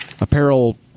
apparel